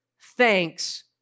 thanks